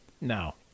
No